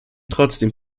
trotzdem